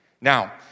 Now